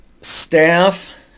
Staff